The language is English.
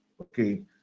Okay